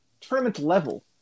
tournament-level